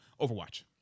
Overwatch